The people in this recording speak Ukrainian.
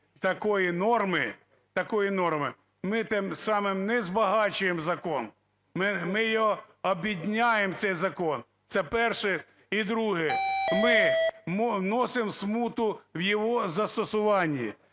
такої норми, ми тим самим не збагачуємо закон ми його обідняємо цей закон. Це перше. І друге. Ми вносимо смуту в його застосуванні.